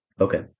Okay